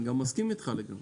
אני גם מסכים איתך לגמרי.